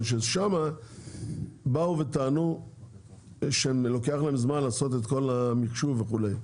ששם באו וטענו שלוקח להם זמן לעשות את כל המחשוב וכו'